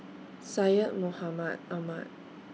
Syed Mohamed Ahmed